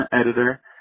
editor